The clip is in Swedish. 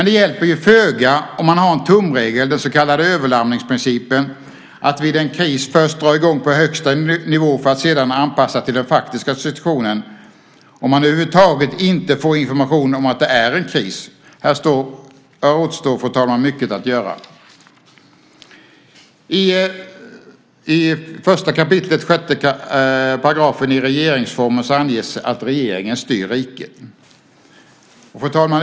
Det hjälper ju föga om man har en tumregel - den så kallade överlarmningsprincipen - att vid en kris först dra i gång på högsta nivå för att senare anpassa till den faktiska situationen, om man över huvud taget inte får information om att det är en kris. Här återstår mycket att göra. I 1 kap. 6 § i regeringsformen anges att regeringen styr riket.